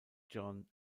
john